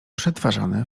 przetwarzane